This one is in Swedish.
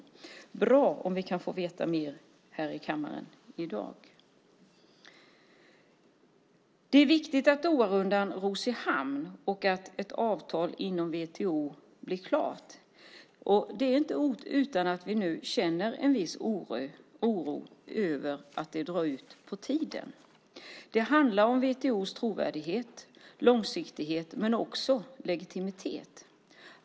Det är bra om vi kan få veta mer här i kammaren i dag. Det är viktigt att Doharundan ros i hamn och att ett avtal inom WTO blir klart. Det är inte utan att vi nu känner en viss oro över att det drar ut på tiden. Det handlar om WTO:s trovärdighet långsiktigt men också legitimitet.